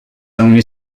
only